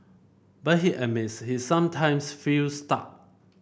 but he admits he sometimes feels stuck